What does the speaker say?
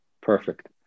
Perfect